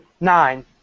Nine